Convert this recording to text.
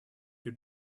your